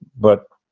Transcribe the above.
but,